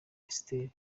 esiteri